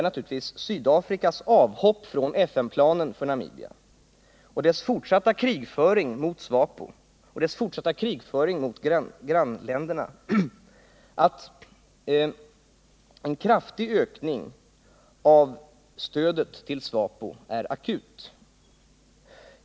Naturligtvis innebär Sydafrikas avhopp från FN-planen för Namibia och dess fortsatta krigföring mot SWAPO och grannländerna att behovet av en kraftig ökning av stödet till SWAPO är akut.